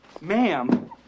Ma'am